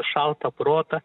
šaltą protą